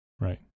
right